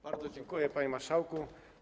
Bardzo dziękuję, panie marszałku.